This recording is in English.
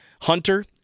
hunter